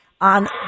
on